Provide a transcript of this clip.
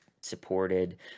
Supported